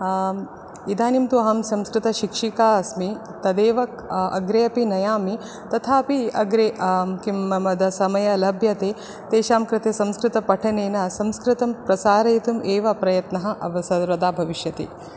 इदानीं तु अहं संस्कृतशिक्षिका अस्मि तदेव अग्रे अपि नयामि तथापि अग्रे किं मम यदा समयः लभ्यते तेषां कृते संस्कृतपठनेन संस्कृतं प्रसारयितुम् एव प्रयत्नः अव सर्वदा भविष्यति